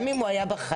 גם אם הוא היה בחיים.